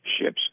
Ships